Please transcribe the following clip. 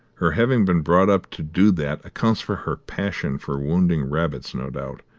her having been brought up to do that accounts for her passion for wounding rabbits, no doubt.